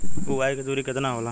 बुआई के दूरी केतना होला?